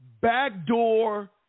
backdoor